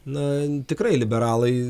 na tikrai liberalai